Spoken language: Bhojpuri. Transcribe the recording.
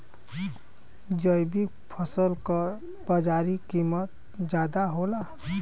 जैविक फसल क बाजारी कीमत ज्यादा होला